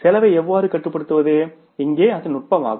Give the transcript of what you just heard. செலவை எவ்வாறு கட்டுப்படுத்துவது இங்கே அது நுட்பமாகும்